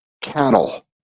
cattle